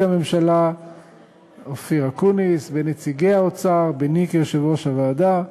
הממשלה אופיר אקוניס ונציגי האוצר ולביני כיושב-ראש הוועדה.